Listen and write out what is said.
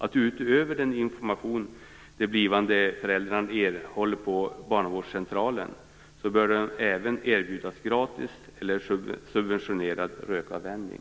Utöver den information de blivande föräldrarna erhåller på barnavårdscentralen bör de därför erbjudas gratis eller subventionerad rökavvänjning.